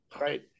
Right